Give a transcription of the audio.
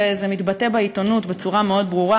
וזה מתבטא בעיתונות בצורה מאוד ברורה,